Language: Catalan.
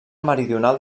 meridional